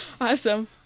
Awesome